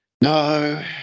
no